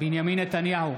בנימין נתניהו,